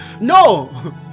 No